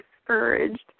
discouraged